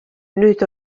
nüüd